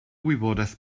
wybodaeth